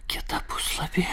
kitą puslapį